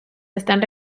están